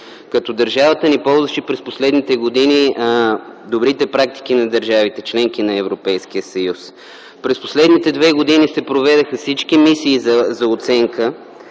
като държавата ни ползваше през последните години добрите практики на държавите – членки на Европейския съюз. През последните две години се проведоха всички мисии за оценка